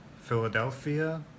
Philadelphia